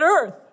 Earth